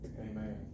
Amen